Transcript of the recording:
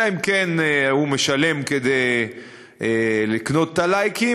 אלא אם כן הוא משלם כדי לקנות את ה"לייקים",